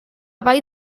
vall